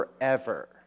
forever